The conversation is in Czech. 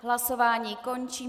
Hlasování končím.